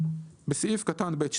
בסעיף קטן (ב2),